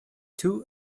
two